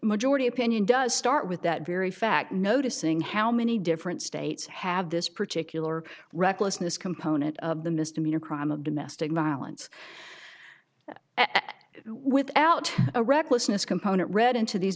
majority opinion does start with that very fact noticing how many different states have this particular recklessness component of the misdemeanor crime of domestic violence without a recklessness component read into these